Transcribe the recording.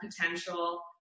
potential